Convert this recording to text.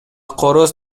короз